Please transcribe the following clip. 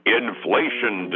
inflation